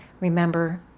remember